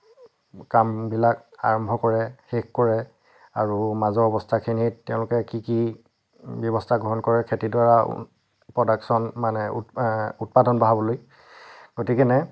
কামবিলাক আৰম্ভ কৰে শেষ কৰে আৰু মাজৰ অৱস্থাখিনি তেওঁলোকে কি কি ব্যৱস্থা গ্ৰহণ কৰে খেতিডৰা প্ৰদাকচন মানে উৎপাদন বঢ়াবলৈ গতিকে